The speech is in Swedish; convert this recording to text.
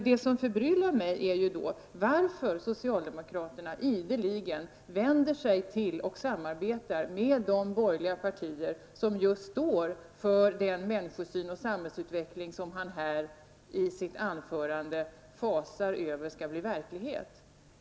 Det som förbryllar mig är varför socialdemokraterna ideligen vänder sig till och samarbetar med de borgerliga partier som står just för den människosyn och samhällsutveckling som Bo Holmberg här i sitt anförande fasar över skall bli verklighet.